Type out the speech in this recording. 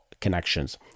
connections